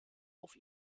auf